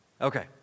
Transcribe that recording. Okay